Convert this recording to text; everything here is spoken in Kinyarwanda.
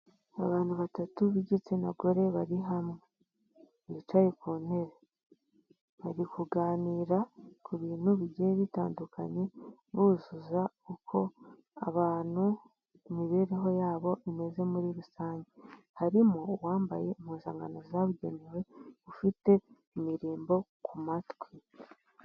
Abantu batatu b'igitsina gore bari hamwe, bicaye ku ntebe, bari kuganira ku bintu bigiye bitandukanye buzuza uko abantu imibereho yabo imeze muri rusange, harimo uwambaye impuzankano zabugenewe ufite imirimbo ku matwi.